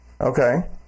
okay